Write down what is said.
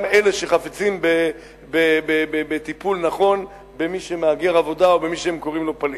גם לא אלה שחפצים בטיפול נכון במהגר עבודה או במי שהם קוראים לו "פליט".